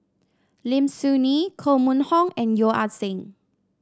Lim Soo Ngee Koh Mun Hong and Yeo Ah Seng